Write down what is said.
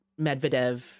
Medvedev